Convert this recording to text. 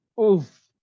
Oof